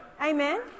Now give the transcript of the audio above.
Amen